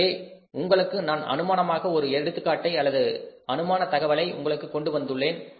எனவே உங்களுக்காக நான் அனுமானமாக ஒரு எடுத்துக்காட்டை அல்லது அனுமான தகவலை உங்களுக்காக கொண்டு வந்துள்ளேன்